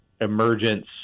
emergence